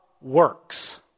works